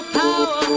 power